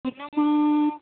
हिनमों